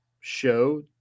show –